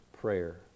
Prayer